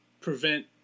prevent